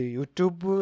YouTube